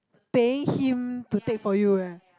paying him to take for you right